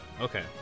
okay